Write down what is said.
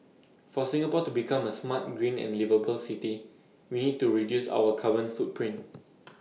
for Singapore to become A smart green and liveable city we need to reduce our carbon footprint